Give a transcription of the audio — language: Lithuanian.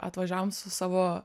atvažiavom su savo